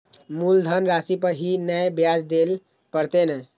मुलधन राशि पर ही नै ब्याज दै लै परतें ने?